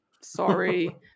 Sorry